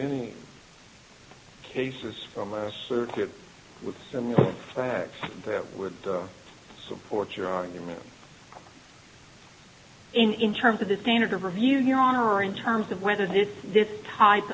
any cases from last circuit with similar facts that would support your argument in terms of the standard of review your honor in terms of whether this this type